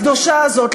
הקדושה הזאת,